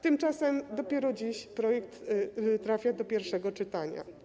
Tymczasem dopiero dziś projekt trafia do pierwszego czytania.